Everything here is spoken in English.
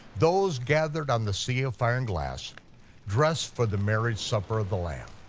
those gathered on the sea of fire and glass dressed for the marriage supper of the lamb.